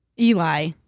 Eli